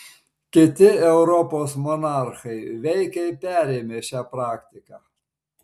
kiti europos monarchai veikiai perėmė šią praktiką